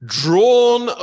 drawn